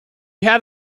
had